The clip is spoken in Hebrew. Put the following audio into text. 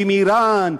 עם איראן,